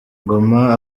ngoma